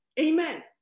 amen